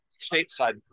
stateside